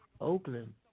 Oakland